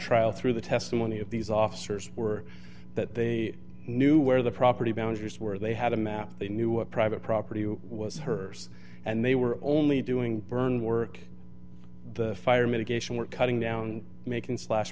trial through the testimony of these officers were that they knew where the property boundaries were they had a map they knew a private property was hers and they were only doing burned work the fire mitigation work cutting down making slash